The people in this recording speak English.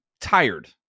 tired